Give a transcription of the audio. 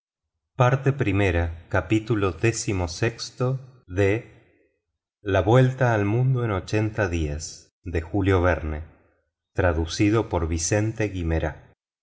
información la vuelta al mundo en ochenta días capítulo iv de julio verne a